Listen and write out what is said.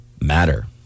matter